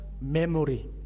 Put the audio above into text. memory